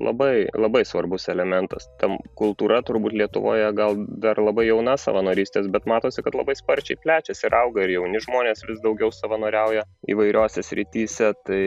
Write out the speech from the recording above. labai labai svarbus elementas tam kultūra turbūt lietuvoje gal dar labai jauna savanorystės bet matosi kad labai sparčiai plečiasi ir auga ir jauni žmonės vis daugiau savanoriauja įvairiose srityse tai